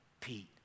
Pete